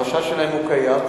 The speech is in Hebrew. החשש שלהם הוא קיים,